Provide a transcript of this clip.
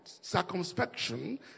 circumspection